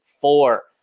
four